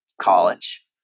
college